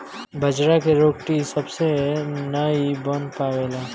बाजरा के रोटी सबसे नाई बन पावेला